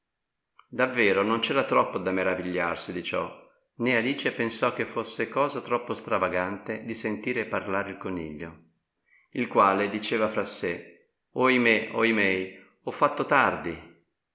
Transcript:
davvero non c'era troppo da meravigliarsi di ciò nè alice pensò che fosse cosa troppo stravagante di sentire parlare il coniglio il quale diceva fra sè oimè oimèi ho fatto tardi